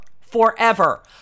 forever